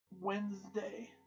Wednesday